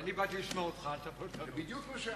תודה.